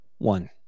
One